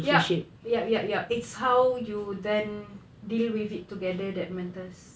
yup yup yup yup it's how you then deal with it together that matters